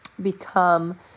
become